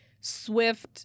swift